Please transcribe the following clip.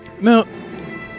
Now